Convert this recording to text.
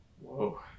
Whoa